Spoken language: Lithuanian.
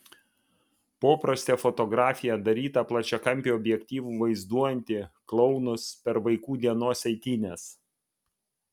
poprastė fotografija daryta plačiakampiu objektyvu vaizduojanti klounus per vaikų dienos eitynes